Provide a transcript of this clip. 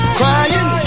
crying